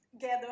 gather